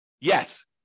Yes